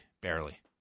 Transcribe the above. barely